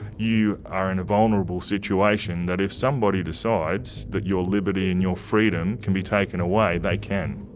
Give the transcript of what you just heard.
you are in a vulnerable situation, that if somebody decides that your liberty and your freedom can be taken away, they can.